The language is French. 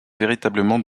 véritablement